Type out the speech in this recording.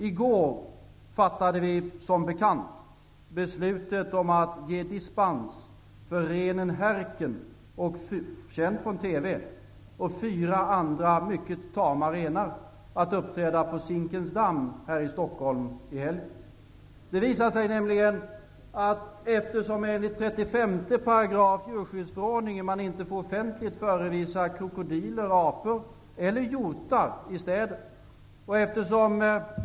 I går fattade vi, som bekant, beslut om att ge dispens för renen, härken, känd från TV, och ytterligare fyra tama renar att uppträda på Zinkensdamm i Stockholm i helgen. Enligt § 35 djurskyddsförordningen får man inte offentligt förevisa krokodiler, apor eller hjortar i städer.